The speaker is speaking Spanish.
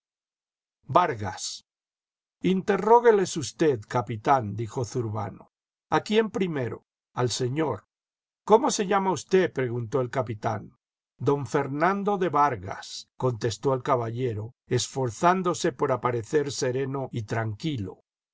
vargas interrogúeles usted capitán dijo zurbano a quién primero al señor cómo se llama usted preguntó el capitán don fernando de vargas contestó el caballero esforzándose por aparecer sereno y tranquilo